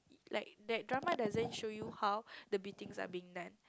like that drama doesn't show you how the beatings are being done